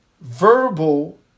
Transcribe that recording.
verbal